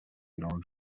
ایران